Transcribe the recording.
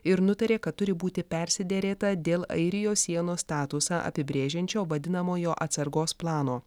ir nutarė kad turi būti persiderėta dėl airijos sienos statusą apibrėžiančio vadinamojo atsargos plano